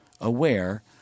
aware